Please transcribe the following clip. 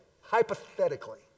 hypothetically